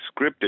scripted